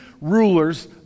rulers